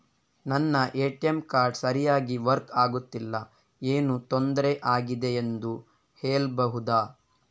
ನನ್ನ ATM card ಸರಿಯಾಗಿ work ಆಗುತ್ತಿಲ್ಲ, ಏನು ತೊಂದ್ರೆ ಆಗಿದೆಯೆಂದು ಹೇಳ್ಬಹುದಾ?